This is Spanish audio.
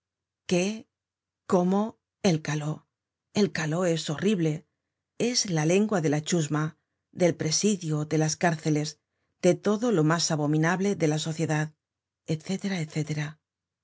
qué cómo el caló el caló es horrible es la lengua de la chusma del presidio delas cárceles de todo lo mas abominable de la sociedad